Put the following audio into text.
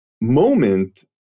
moment